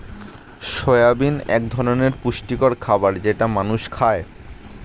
soybean এক ধরনের পুষ্টিকর খাবার যেটা মানুষ খায়